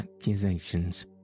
accusations